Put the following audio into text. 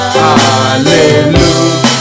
hallelujah